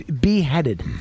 Beheaded